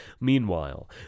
Meanwhile